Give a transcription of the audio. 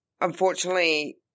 unfortunately